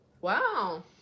Wow